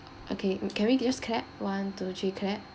okay mm can we gives clap one two three clap